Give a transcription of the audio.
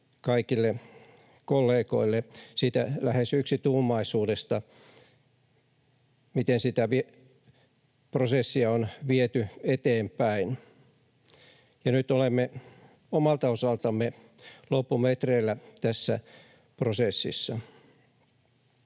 kaikille kollegoille siitä lähes yksituumaisuudesta, miten sitä prosessia on viety eteenpäin. Nyt olemme omalta osaltamme loppumetreillä tässä prosessissa.